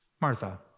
Martha